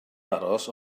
aros